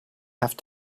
have